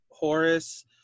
Horace